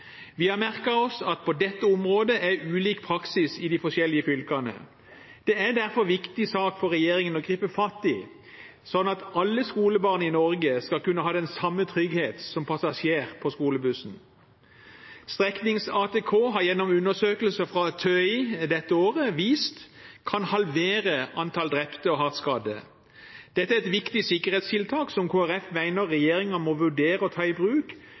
Vi har merket oss at det på dette området er ulik praksis i de forskjellige fylkene. Det er derfor en viktig sak for regjeringen å gripe fatt i, slik at alle skolebarn i Norge skal kunne ha den samme trygghet som passasjer på skolebussen. Undersøkelser fra TØI dette året har vist at streknings-ATK kan halvere antall drepte og hardt skadde. Dette er et viktig sikkerhetstiltak, som Kristelig Folkeparti mener regjeringen må vurdere å ta i bruk